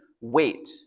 wait